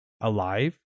alive